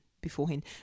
beforehand